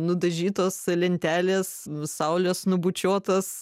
nudažytos lentelės saulės nubučiuotas